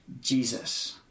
Jesus